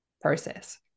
process